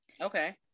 Okay